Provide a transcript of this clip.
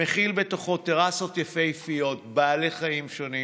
מכילות טרסות יפהפיות, בעלי חיים שונים.